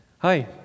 Hi